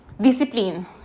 Discipline